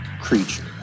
creature